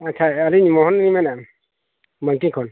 ᱟᱪᱪᱷᱟ ᱟᱹᱞᱤᱧ ᱢᱚᱦᱚᱱ ᱞᱤᱧ ᱢᱮᱱᱮᱫᱼᱟ ᱵᱟᱝᱠᱤ ᱠᱷᱚᱱ